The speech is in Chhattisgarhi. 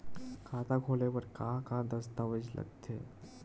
खाता खोले बर का का दस्तावेज लगथे?